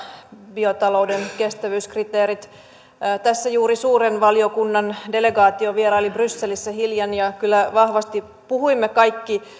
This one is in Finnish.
biotalouden kestävyyskriteerit tässä juuri suuren valiokunnan delegaatio vieraili brysselissä hiljan ja kyllä vahvasti puhuimme kaikki